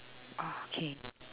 okay